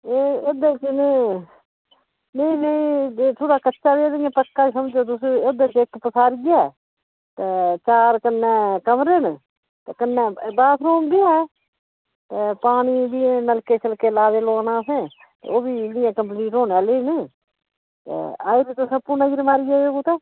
एह् दरअसल एह् थोह्ड़ा पक्का ते कन्नै कच्चा ई समझो ते ओह्दे च इक्क पसारी ऐ चार कन्नै कमरे न ते कन्नै बाथरूम बी ऐ ते पानी नलके लग्गी पेदे लोआनै असें ते ओह्बी एह् कंप्लीट होने आह्ली ही ते आइयै आपूं नज़र मारी आयो कुदै